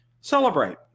celebrate